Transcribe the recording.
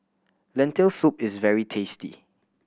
Lentil Soup is very tasty